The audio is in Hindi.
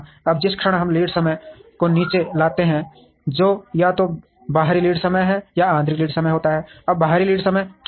अब जिस क्षण हम लीड समय को नीचे लाते हैं जो या तो बाहरी लीड समय या आंतरिक लीड समय होता है अब बाहरी लीड समय क्या है